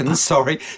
sorry